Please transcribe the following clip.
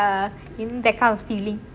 that kind of feeling